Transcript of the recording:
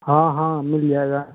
हाँ हाँ मिल जाएगा